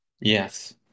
Yes